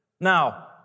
Now